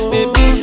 Baby